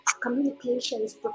communications